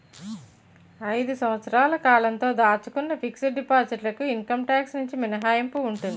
ఐదు సంవత్సరాల కాలంతో దాచుకున్న ఫిక్స్ డిపాజిట్ లకు ఇన్కమ్ టాక్స్ నుంచి మినహాయింపు ఉంటుంది